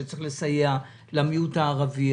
וצריך לסייע למיעוט הערבי.